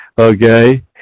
okay